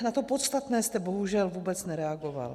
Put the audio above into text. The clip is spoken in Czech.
Na to podstatné jste bohužel vůbec nereagoval.